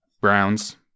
Browns